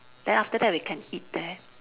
then after that we can eat there